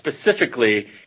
specifically